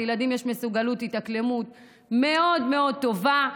לילדים יש מסוגלות התאקלמות מאוד מאוד טובה,